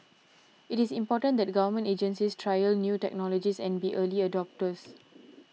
it is important that Government agencies trial new technologies and be early adopters